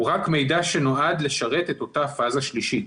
הוא רק מידע שנועד לשרת את אותה פאזה שלישית.